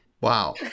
Wow